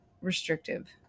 restrictive